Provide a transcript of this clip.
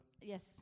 yes